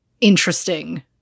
interesting